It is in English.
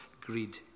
greed